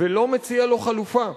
ולא מציע לו חלופה.